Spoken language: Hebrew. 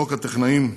חוק הטכנאים,